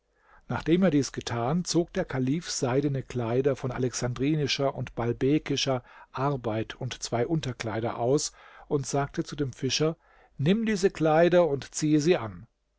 nachdem er dies getan zog der kalif seidene kleider von alexandrinischer und baalbekischer arbeit und zwei unterkleider aus und sagte zu dem fischer nimm diese kleider und ziehe sie an